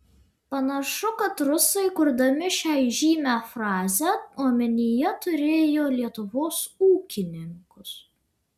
panašu kad rusai kurdami šią įžymią frazę omenyje turėjo lietuvos ūkininkus